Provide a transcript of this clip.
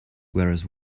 whereas